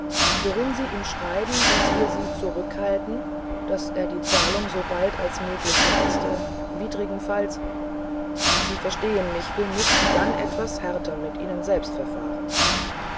worin sie ihm schreiben daß wir sie zurückgehalten daß er die zahlung so bald als möglich leiste widrigenfalls sie verstehen mich wir müßten dann etwas härter mit ihnen selbst verfahren